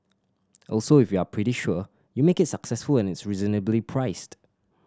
also if you're pretty sure you make it successful and it's reasonably priced